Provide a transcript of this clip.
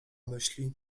myśli